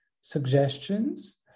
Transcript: suggestions